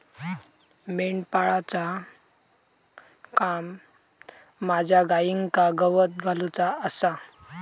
मेंढपाळाचा काम माझ्या गाईंका गवत घालुचा आसा